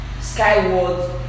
Skyward